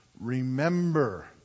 Remember